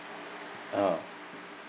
ah